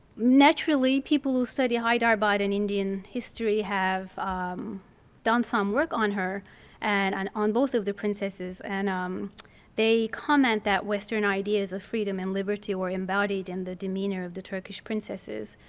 naturally people who study hyderabad and indian history have done some work on her and on on both of the princesses. and um they comment that western ideas of freedom and liberty were embodied in the demeanor of the turkish princesses.